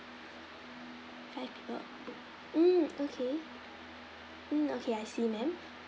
five people mm okay mm okay I see ma'am